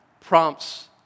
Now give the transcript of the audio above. prompts